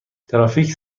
ترافیک